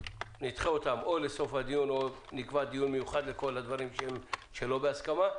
נדחה אותם או לסוף הדיון או נקבע דיון מיוחד לכל הדברים שהם לא בהסכמה,